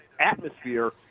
atmosphere